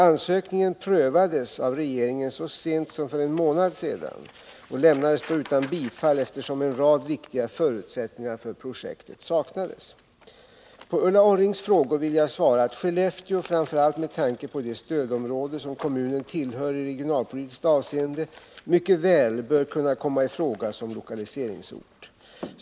Ansökningen prövades av regeringen så sent som för en månad sedan och lämnades då utan bifall, eftersom en rad viktiga förutsättningar för projektet saknades. På Ulla Orrings frågor vill jag svara att Skellefteå, framför allt med tanke på det stödområde som kommunen tillhör i regionalpolitiskt avseende, mycket väl bör kunna komma i fråga som lokaliseringsort.